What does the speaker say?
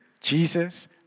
Jesus